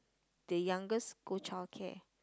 the youngest go childcare